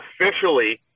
officially